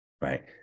right